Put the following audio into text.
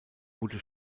wurde